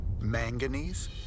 manganese